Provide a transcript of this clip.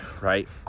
right